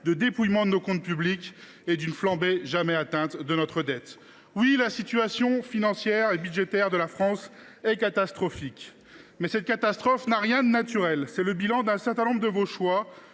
de dépouillement de nos comptes publics et d’une flambée jamais atteinte de notre dette. Oui, la situation budgétaire de la France est catastrophique. Mais cette catastrophe n’a rien de naturel. Elle est le résultat d’un certain nombre de vos choix,